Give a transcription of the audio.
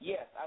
Yes